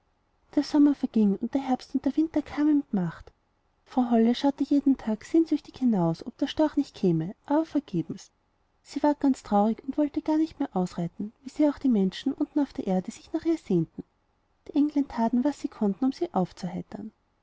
der sommer verging und der herbst und der winter kamen mit macht frau holle schaute jeden tag sehnsüchtig hinaus ob der storch nicht käme aber vergebens sie ward ganz traurig und wollte gar nicht mehr ausreiten wie sehr auch die menschen unten auf der erde sich nach ihr sehnten die engelein taten was sie konnten um sie aufzuheitern